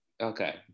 okay